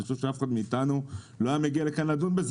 אני חושב שאף מאיתנו לא היה מגיע לכאן לדון בזה.